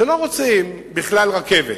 לא רוצים בכלל רכבת,